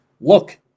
look